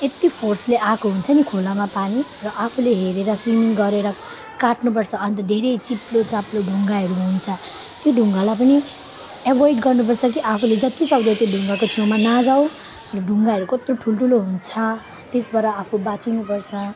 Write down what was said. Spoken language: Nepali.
यति फोर्सले आएको हुन्छ नि खोलामा पानी र आफूले हेरेर स्विमिङ गरेर काट्नुपर्छ अनि त धेरै चिप्लो चाप्लो ढुङ्गाहरू हुन्छ ती ढुङ्गालाई पनि एभोइड गर्नुपर्छ कि आफूले जतिसक्दो त्यो ढुङ्गाको छेउमा नजाउ ढुङ्गाहरू कत्रो ठुल्ठुलो हुन्छ त्यसबाट आफू बाँच्नुपर्छ